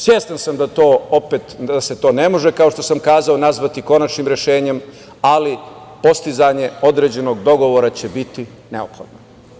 Svestan sam da se to ne može, kao što sam kazao, nazvati konačnim rešenjem, ali postizanje određenog dogovora će biti neophodno.